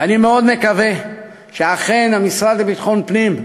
ואני מאוד מקווה שאכן המשרד לביטחון פנים,